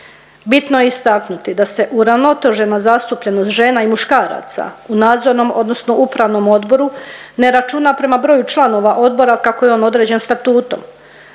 Bitno je istaknuti da se uravnotežena zastupljenost žena i muškaraca u nadzornom odnosno upravnom odboru ne računa prema broju članova odbora kako je on određen statutom